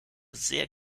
sehr